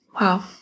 Wow